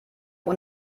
und